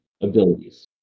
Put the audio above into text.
abilities